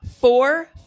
four